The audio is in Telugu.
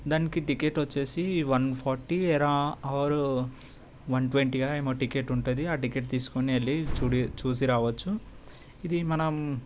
దానికి టికెట్ వచ్చేసి వన్ ఫార్టీ అరౌ ఆర్ వన్ ట్వంటీ ఏమో టికెట్ ఉంటుంది ఆ టికెట్ తీసుకొని వెళ్ళి చూడి చూసి రావచ్చు ఇది మనం